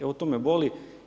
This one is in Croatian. Evo to me boli.